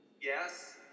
Yes